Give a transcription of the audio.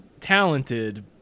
talented